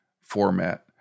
format